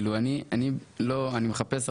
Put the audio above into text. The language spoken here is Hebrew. אני מחפש הרבה,